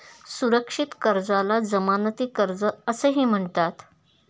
सुरक्षित कर्जाला जमानती कर्ज असेही म्हणतात